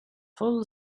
full